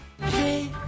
Hey